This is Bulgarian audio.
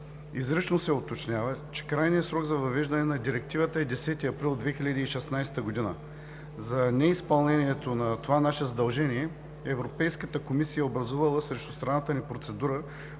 Изрично се уточнява, че крайният срок за въвеждане на Директивата е 10 април 2016 г. За неизпълнението на това наше задължение Европейската комисия е образувала срещу страната ни процедура,